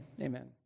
amen